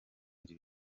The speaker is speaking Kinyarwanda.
iri